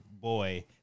boy